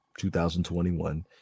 2021